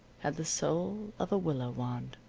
had the soul of a willow wand.